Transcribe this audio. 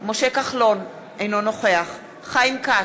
משה כחלון, אינו נוכח חיים כץ,